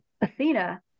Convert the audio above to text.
Athena